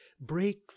break